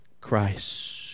Christ